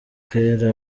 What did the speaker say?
kera